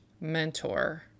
mentor